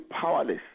powerless